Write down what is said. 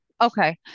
Okay